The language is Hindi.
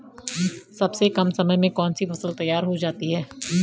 सबसे कम समय में कौन सी फसल तैयार हो जाती है?